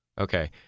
Okay